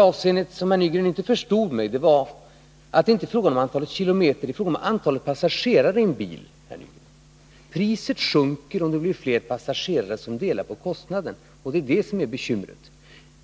Vad herr Nygren inte förstått var att det inte är fråga om antalet kilometer utan om antalet passagerare i en bil. Priset sjunker om det är fler passagerare som delar på kostnaden. Det är det som är bekymret.